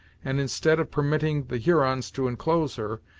and instead of permitting the hurons to enclose her,